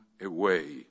away